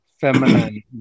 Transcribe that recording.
feminine